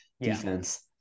defense